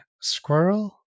squirrel